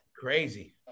Crazy